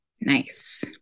Nice